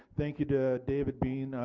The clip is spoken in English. thank you to david beam,